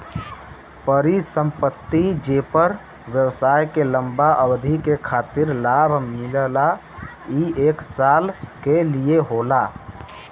परिसंपत्ति जेपर व्यवसाय के लंबा अवधि के खातिर लाभ मिलला ई एक साल के लिये होला